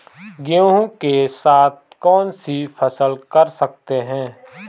गेहूँ के साथ कौनसी फसल कर सकते हैं?